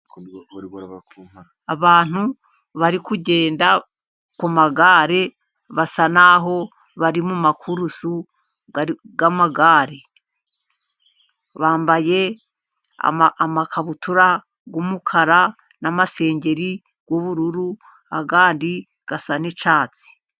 Abantu bari kugenda ku magare basa n'aho bari ku makurusi y'amagare. Bambaye amakabutura y'umukara n'amasengeri y'ubururu, andi asa n'icyatsi.